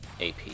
AP